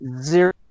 Zero